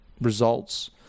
results